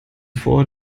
vor